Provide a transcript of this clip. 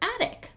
Attic